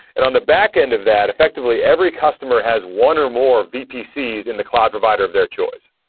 and on the backend of that, effectively, every customer has one or more vpcs in the cloud provider of their choice.